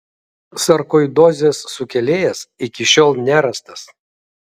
sarkoidozės sukėlėjas iki šiol nerastas